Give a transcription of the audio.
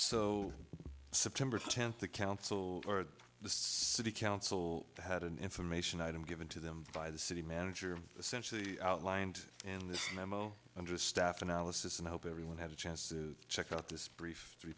so september tenth the council or the city council had an information item given to them by the city manager of the century outlined in this memo under a staff analysis and hope everyone had a chance to check out this brief three